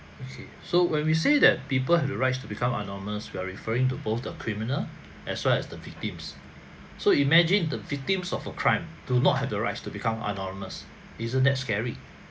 okay so when we say that people have to rights to become anonymous we're referring to both the criminal as well as the victims so imagine the victims of a crime do not have the rights to become anonymous isn't that scary